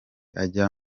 ajya